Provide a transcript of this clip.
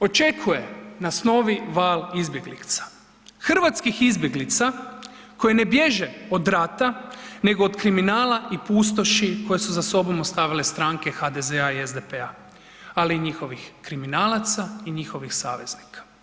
Očekuje nas novi val izbjeglica, hrvatskih izbjeglica koji ne bježe od rata nego od kriminala i pustoši koje su za sobom ostavile stranke HDZ-a i SDP-a, ali i njihovih kriminalaca i njihovih saveznika.